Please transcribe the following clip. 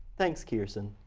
thanks kearson.